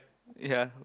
ya